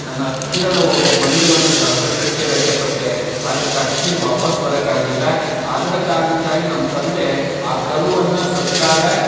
ನನ್ನ ಹತ್ತಿರದ ಒಬ್ಬ ಬಂಧುವನ್ನು ಕಳ್ಕೊಂಡಷ್ಟೆ ವ್ಯಥೆಪಟ್ಟೆ ಆದರೆ ತಕ್ಷ್ಣಕ್ಕೆ ವಾಪಸ್ ಬರಲಿಕ್ಕಾಗ್ಲಿಲ್ಲ ಅದರ ಕಾರಣಕ್ಕಾಗಿ ನಮ್ಮ ತಂದೆ ಆ ಕರುವನ್ನು ಸತ್ತಾಗ